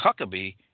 Huckabee